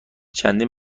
چندین